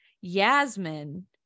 yasmin